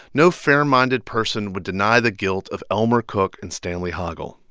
no fair-minded person would deny the guilt of elmer cook and stanley hoggle,